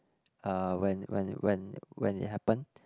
uh when when when when it happen